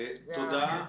תודה.